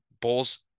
Bulls